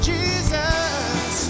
Jesus